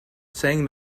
saying